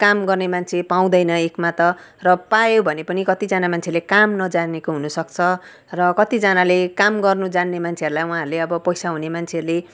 काम गर्ने मान्छे पाउँदैन एकमा त र पायो भने पनि कतिजना मान्छेले काम नजानेको हुनु सक्छ र कतिजनाले काम गर्नु जान्ने मान्छेहरूलाई उहाँहरूले अब पैसा हुने मान्छेहरूले